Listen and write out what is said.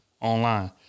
online